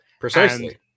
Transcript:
Precisely